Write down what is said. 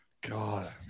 God